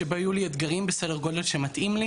שבו יהיו לי אתגרים בסדר גודל שמתאים לי.